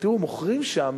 תראו, מוכרים שם